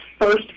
first